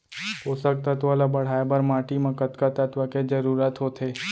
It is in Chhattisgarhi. पोसक तत्व ला बढ़ाये बर माटी म कतका तत्व के जरूरत होथे?